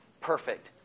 perfect